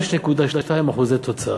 5.2% תוצר.